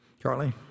charlie